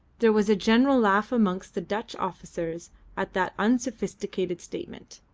there was a general laugh amongst the dutch officers at that unsophisticated statement,